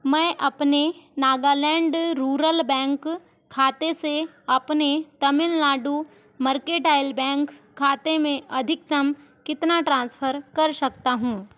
मैं अपने Nagaland rural bank खाते से अपने तमिलनाडू मर्केंटाइल बैंक खाते में अधिकतम कितना ट्रांसफ़र कर सकता हूँ